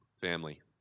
family